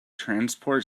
transport